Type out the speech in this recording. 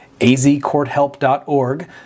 azcourthelp.org